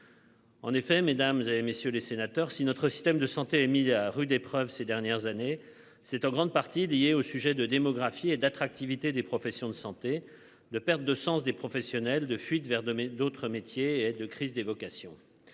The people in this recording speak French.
En effet, mesdames vous avez messieurs les sénateurs. Si notre système de santé est mis à rude épreuve ces dernières années, c'est en grande partie lié au sujet de démographie et d'attractivité des professions de santé, de perte de sens des professionnels de fuite vers deux mais d'autres métiers et de crise des vocations,